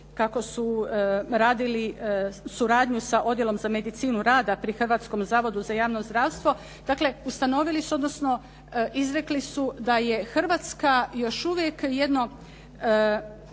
kako su radili suradnju sa Odjelom za medicinu rada pri Hrvatskom zavodu za javno zdravstvo. Dakle, ustanovili su odnosno izrekli su da je Hrvatska još uvijek jedno